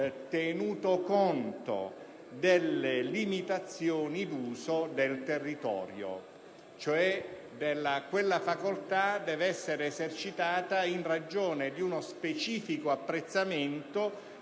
tenuto conto delle limitazioni d'uso del territorio»; in altre parole, quella facoltà deve essere esercitata in ragione di uno specifico apprezzamento